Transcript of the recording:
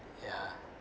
ya